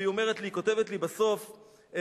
והיא כותבת לי בסוף,